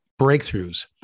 breakthroughs